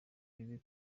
bibi